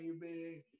baby